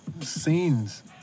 scenes